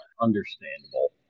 Understandable